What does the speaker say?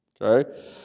Okay